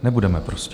Nebudeme prostě.